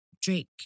Drake